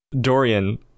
Dorian